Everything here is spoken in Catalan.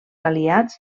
aliats